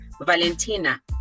Valentina